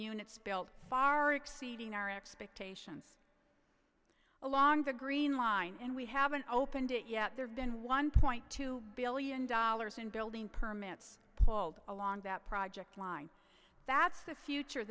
units built far exceeding our expectations along the green line and we haven't opened it yet there's been one point two billion dollars in building permits pulled along that project line that's the future